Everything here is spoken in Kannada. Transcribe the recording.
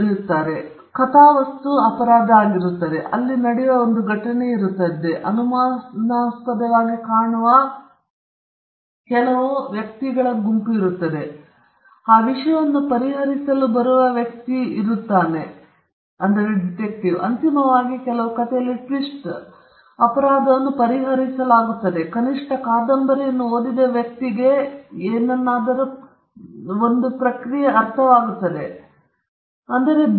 ಆದ್ದರಿಂದ ಇದು ಪ್ರಕಾರದ್ದು ಒಂದು ಕಥಾವಸ್ತುವಿದೆ ಅಲ್ಲಿ ನಡೆಯುವ ಒಂದು ಘಟನೆ ಇರುತ್ತದೆ ಮತ್ತು ಅನುಮಾನಾಸ್ಪದವಾಗಿ ಕಾಣುವ ಅಕ್ಷರಗಳ ಒಂದು ಗುಂಪು ಇದೆ ಮತ್ತು ಆ ವಿಷಯವನ್ನು ಪರಿಹರಿಸಲು ಬರುವ ವ್ಯಕ್ತಿಯು ಇದೆ ಮತ್ತು ಅಂತಿಮವಾಗಿ ಕೆಲವು ಕಥೆಯಲ್ಲಿ ಟ್ವಿಸ್ಟ್ ಅಂತಿಮವಾಗಿ ಅಪರಾಧವನ್ನು ಪರಿಹರಿಸಲಾಗುತ್ತದೆ ಅಥವಾ ಕನಿಷ್ಠ ಕಾದಂಬರಿಯನ್ನು ಓದಿದ ವ್ಯಕ್ತಿಗೆ ಅವರು ಯಾವುದನ್ನಾದರೂ ಪರಿಹರಿಸುವ ಒಂದು ಪ್ರಕ್ರಿಯೆಯ ಭಾಗವೆಂದು ಭಾವಿಸುತ್ತಾರೆ